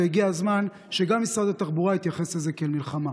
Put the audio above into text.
והגיע הזמן שגם משרד התחבורה יתייחס לזה כאל מלחמה.